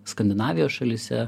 skandinavijos šalyse